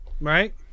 right